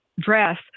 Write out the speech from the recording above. dress